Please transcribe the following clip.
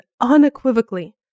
unequivocally